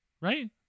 right